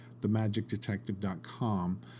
themagicdetective.com